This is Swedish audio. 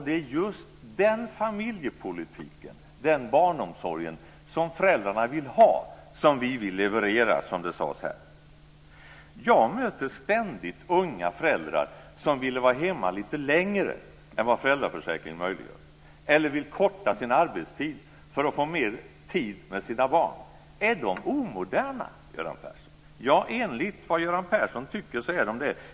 Det är just den familjepolitiken, den barnomsorgen, som föräldrarna vill ha som vi vill leverera, som det sades här. Jag möter ständigt unga föräldrar som vill vara hemma lite längre än vad föräldraförsäkringen möjliggör eller som vill korta sin arbetstid för att få mer tid med sina barn. Är de omoderna, Göran Persson? Ja, enligt vad Göran Persson tycker är de det.